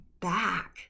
back